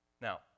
Now